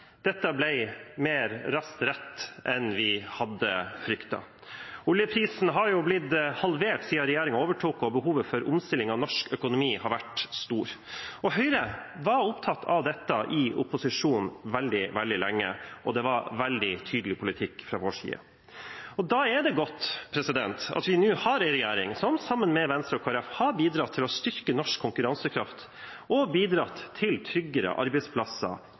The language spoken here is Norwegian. dette ble raskere rett enn vi hadde fryktet. Oljeprisen er halvert siden regjeringen overtok, og behovet for omstilling av norsk økonomi har vært stort. Høyre i opposisjon var opptatt av dette veldig lenge, og det var en tydelig politikk fra vår side. Da er det godt at vi nå har en regjering som sammen med Venstre og Kristelig Folkeparti har bidratt til å styrke norsk konkurransekraft og bidratt til tryggere arbeidsplasser,